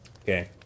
Okay